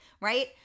right